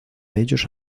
ellos